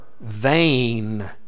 vain